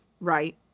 right